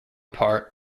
part